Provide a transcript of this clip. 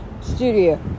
studio